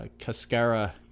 Cascara